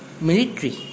military